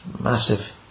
Massive